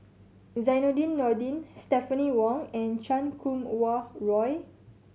Zainudin Nordin Stephanie Wong and Chan Kum Wah Roy